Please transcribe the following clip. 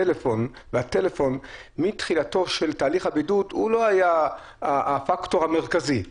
הפלאפון והטלפון מתחילתו של תהליך הבידוד לא היה הפקטור המרכזי.